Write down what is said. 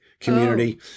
community